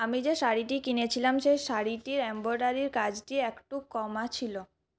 আমি যে শাড়িটি কিনেছিলাম সেই শাড়িটির এমব্রয়ডারির কাজটি একটু কম ছিল